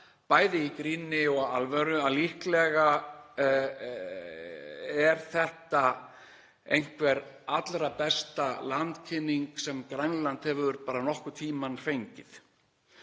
bæði í gríni og alvöru að líklega er þetta einhver allra besta landkynning sem Grænland hefur nokkurn tímann fengið.